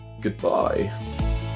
Goodbye